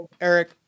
Eric